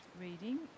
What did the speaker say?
reading